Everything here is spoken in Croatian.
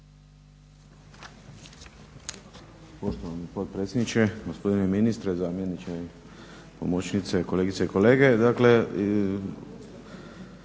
gospodine potpredsjedničke, gospodine ministre, zamjeniče i pomoćniče ministra, kolegice i kolege.